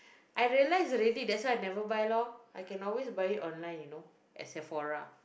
I realise already that's why I never buy loh I can always buy it online you know at Sephora